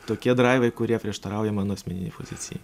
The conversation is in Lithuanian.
tokie draivai kurie prieštarauja mano asmeninei pozicijai